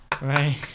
Right